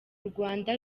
rwanda